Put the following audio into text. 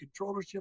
controllership